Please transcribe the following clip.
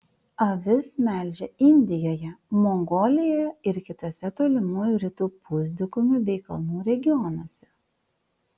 avis melžia indijoje mongolijoje ir kituose tolimųjų rytų pusdykumių bei kalnų regionuose